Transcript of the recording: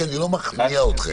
כי אני לא מכניע אתכם.